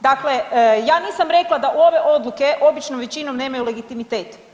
Dakle, ja nisam rekla da ove odluke običnom većinom nemaju legitimitet.